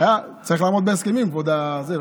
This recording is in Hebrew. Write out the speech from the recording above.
צריך לעמוד בהסכמים, כבוד היושב-ראש.